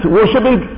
worshipping